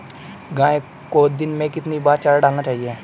गाय को दिन में कितनी बार चारा डालना चाहिए?